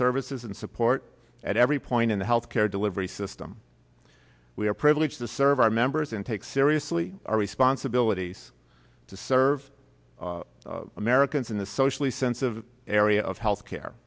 services and support at every point in the health care delivery system we are privileged to serve our members and take seriously our responsibilities to serve americans in the socially sense of area of health care